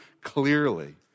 clearly